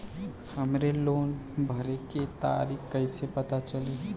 हमरे लोन भरे के तारीख कईसे पता चली?